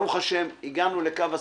ברוך השם, הגענו לקו הסיום,